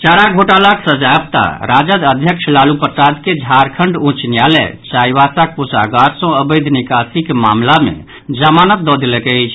चारा घोटालाक सजायाफ्ता राजद अध्यक्ष लालू प्रसाद के झारखंड उच्च न्यायालय चाईबासा कोषागार सँ अवैध निकासिक मामिला मे जमानत दऽ देलक अछि